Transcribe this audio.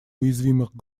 уязвимых